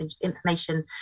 information